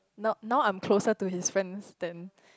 not now I'm closer to his friends than